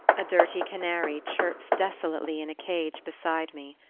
a dirty canary chirps desolately in a cage beside me.